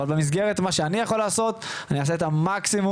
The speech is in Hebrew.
אבל במסגרת מה שאני יכול לעשות אני אעשה את המקסימום